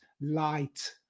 light